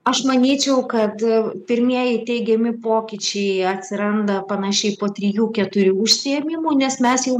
aš manyčiau kad pirmieji teigiami pokyčiai atsiranda panašiai po trijų keturių užsiėmimų nes mes jau